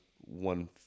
one